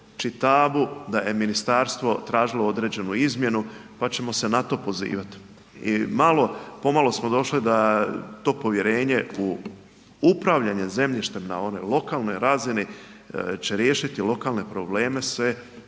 da je ministarstvo tražilo određenu izmjenu pa ćemo se na to pozivati. I malo pomalo smo došli da to povjerenje u upravljanje zemljištem na onoj lokalnoj razini će riješiti lokalne probleme se